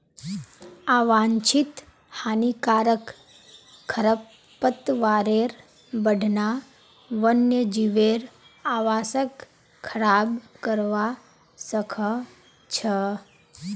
आवांछित हानिकारक खरपतवारेर बढ़ना वन्यजीवेर आवासक खराब करवा सख छ